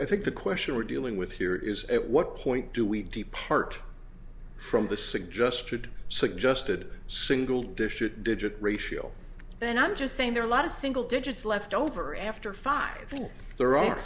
i think the question we're dealing with here is at what point do we depart from the suggested suggested single dish it digit ratio and i'm just saying there are a lot of single digits left over after five in th